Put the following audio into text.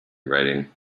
writing